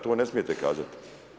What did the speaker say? To ne smijete kazati.